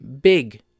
big